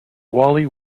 wally